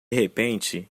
repente